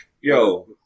Yo